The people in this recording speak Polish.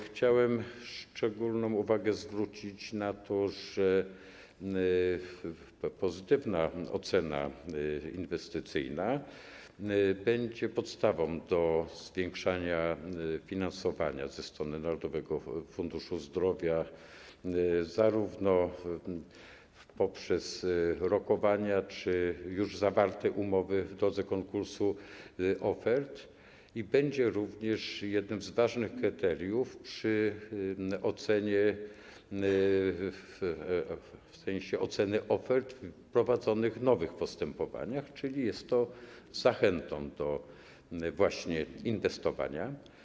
Chciałem szczególną uwagę zwrócić na to, że pozytywna ocena inwestycyjna będzie podstawą do zwiększania finansowania ze strony Narodowego Funduszu Zdrowia, zarówno poprzez rokowania, jak i już zawarte umowy w drodze konkursu ofert, i będzie również jednym z ważnych kryteriów w sensie oceny ofert w prowadzonych nowych postępowaniach, czyli jest to zachętą właśnie do inwestowania.